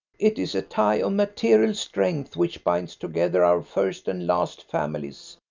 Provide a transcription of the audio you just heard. it is a tie of material strength which binds together our first and last families,